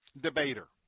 debater